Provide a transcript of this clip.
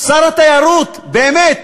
שר התיירות, באמת.